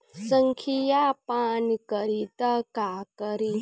संखिया पान करी त का करी?